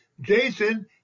Jason